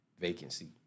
vacancy